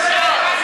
אני מאוד מתנצלת.